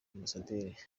ambasaderi